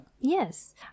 Yes